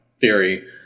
theory